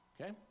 Okay